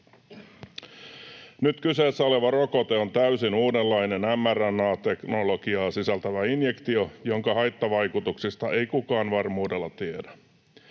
Nyt kyseessä oleva rokote on täysin uudenlainen mRNA-teknologiaa sisältävä injektio, jonka haittavaikutuksista ei kukaan varmuudella tiedä.